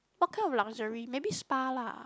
what kind of luxury maybe spa lah